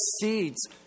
seeds